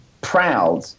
proud